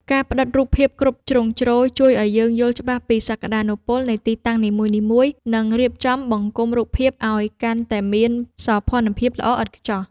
ការផ្តិតរូបភាពគ្រប់ជ្រុងជ្រោយជួយឱ្យយើងយល់ច្បាស់ពីសក្តានុពលនៃទីតាំងនីមួយៗ និង រៀបចំបង្គុំរូបភាពឱ្យកាន់តែមានសោភ័ណភាពល្អឥតខ្ចោះ។